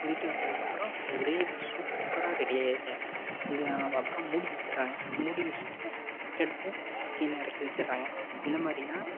கொதிக்க வைச்சதுக்கப்பறம் க்ரேவி சூப்பராக ரெடி ஆகிருதுங்க இங்கே அப்புறம் மூடி வச்சுர்றாங்க மூடி வச்சுட்டு எடுத்து கீழே இறக்கி வச்சுர்றாங்க இந்தமாதிரிதான்